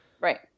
Right